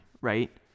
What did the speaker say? right